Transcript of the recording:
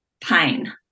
pain